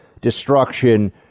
destruction